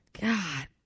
God